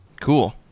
cool